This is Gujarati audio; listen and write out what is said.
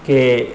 કે